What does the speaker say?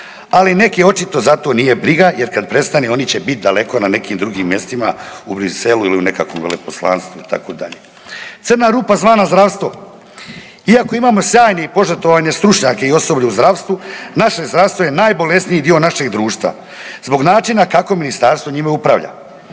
Ali neke očito za to nije briga jer kad prestane, oni će biti daleko na drugim mjestima u Bruxellesu ili nekakvom veleposlanstvu itd. Crna rupa zvana zdravstvo. Iako imamo sjajne i požrtvovane stručnjake i osobe u zdravstvu, naše zdravstvo je najbolesniji dio našeg društva zbog načina kako ministarstvo njima upravlja.